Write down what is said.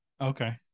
okay